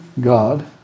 God